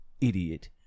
Idiot